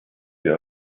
für